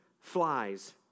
flies